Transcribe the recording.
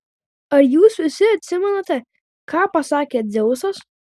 ar jūs visi atsimenate ką pasakė dzeusas